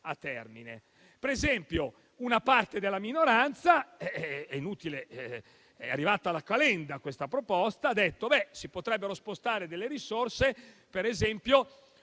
Per esempio, una parte della minoranza - è arrivata da Calenda questa proposta - ha detto che si potrebbero spostare delle risorse sugli